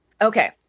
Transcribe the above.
Okay